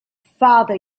father